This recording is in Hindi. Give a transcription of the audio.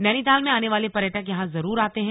नैनीताल में आने वाले पर्यटक यहां जरूर आते हैं